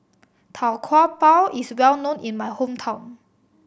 Tau Kwa Pau is well known in my hometown